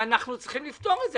ואנחנו צריכים לפתור אותה.